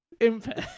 impact